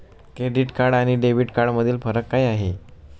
Credit card आणि debit कार्डमधील फरक काय आहे?